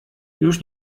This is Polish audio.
już